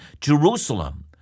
Jerusalem